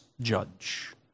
judge